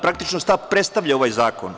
Praktično, šta predstavlja ovaj zakon?